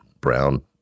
brown